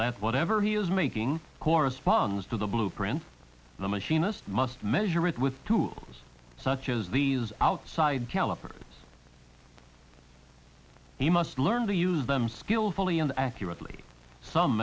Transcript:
that whatever he is making corresponds to the blueprint the machinist must measure it with tools such as these outside calipers he must learn to use them skillfully and accurate some